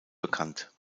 bekannt